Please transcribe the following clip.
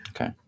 okay